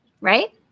Right